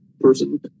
person